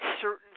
certain